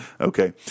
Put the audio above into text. Okay